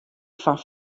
fan